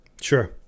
Sure